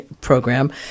program